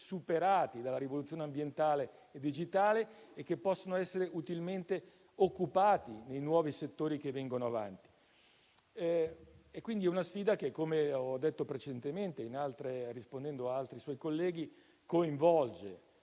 superati dalla rivoluzione ambientale e digitale e che possono essere utilmente occupati nei nuovi settori che vengono avanti. Pertanto, si tratta di una sfida, che come ho già detto rispondendo a suoi colleghi, coinvolge